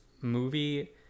movie